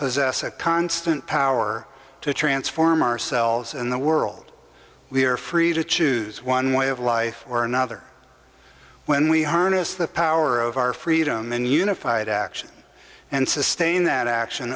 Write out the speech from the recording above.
possess a constant power to transform ourselves and the world we are free to choose one way of life or another when we harness the power of our freedom and unified action and sustain that action